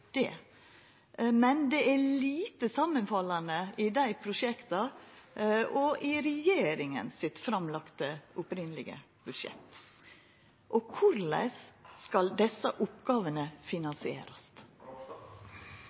det. Men dei prosjekta og det framlagde, opphavlege budsjettet frå regjeringa er lite samanfallande. Korleis skal desse oppgåvene finansierast?